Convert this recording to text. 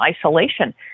isolation